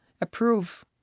approve